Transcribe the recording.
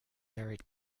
varied